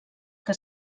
que